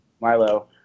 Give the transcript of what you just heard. Milo